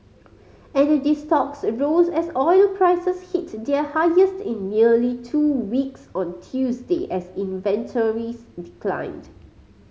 energy stocks rose as oil prices hit their highest in nearly two weeks on Tuesday as inventories declined